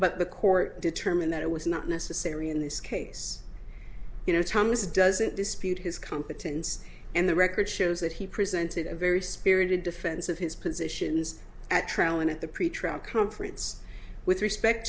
but the court determined that it was not necessary in this case you know thomas doesn't dispute his competence and the record shows that he presented a very spirited defense of his positions at trial and at the pretrial conference with respect